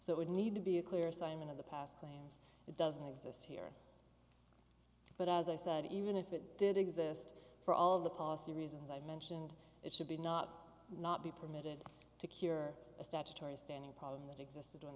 so it would need to be a clear assignment of the past plans that doesn't exist here but as i said even if it did exist for all the policy reasons i've mentioned it should be not not be permitted to cure a statutory standing problem that exist